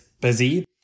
busy